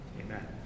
Amen